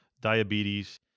diabetes